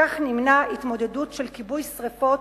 בכך נמנע התמודדות של כיבוי שרפות